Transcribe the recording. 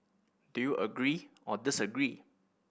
do you agree or disagree